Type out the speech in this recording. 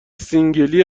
سینگلی